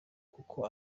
kuko